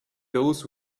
those